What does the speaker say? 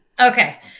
Okay